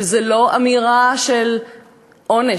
וזו לא אמירה של עונש,